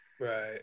Right